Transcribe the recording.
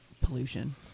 Pollution